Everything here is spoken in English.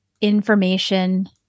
information